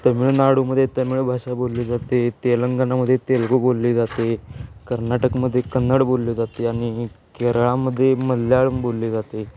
तमिळनाडूमध्ये तमिळ भाषा बोलली जाते तेलंगनामध्ये तेलगू बोलली जाते कर्नाटकमध्ये कन्नड बोलली जाते आणि केरळामध्ये मल्याळम बोलली जाते